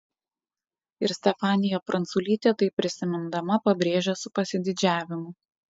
ir stefanija pranculytė tai prisimindama pabrėžia su pasididžiavimu